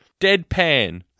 deadpan